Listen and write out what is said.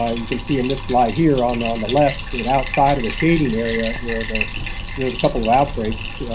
ah you can see in this slide here on on the left sort of outside of the shading area are the shows a couple of outbreaks,